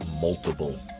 multiple